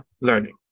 learning